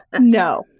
No